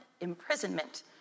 imprisonment